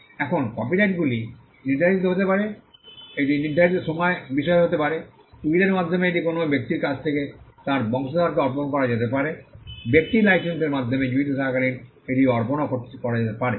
এখন কপিরাইটগুলি নির্ধারিত হতে পারে এটি নির্ধারিত বিষয় হতে পারে উইলের মাধ্যমে এটি কোনও ব্যক্তির কাছ থেকে তার বংশধরকে অর্পণ করা যেতে পারে ব্যক্তি লাইসেন্সের মাধ্যমে জীবিত থাকাকালীন এটিও অর্পণ করা যেতে পারে